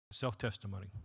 Self-testimony